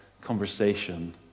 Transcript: conversation